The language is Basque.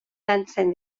lantzen